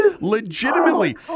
Legitimately